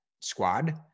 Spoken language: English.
squad